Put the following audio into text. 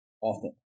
often